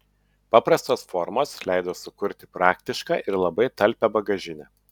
paprastos formos leido sukurti praktišką ir labai talpią bagažinę